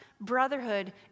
brotherhood